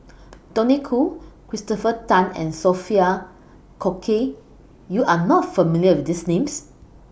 Tony Khoo Christopher Tan and Sophia Cooke YOU Are not familiar with These Names